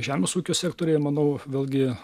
žemės ūkio sektoriuje manau vėlgi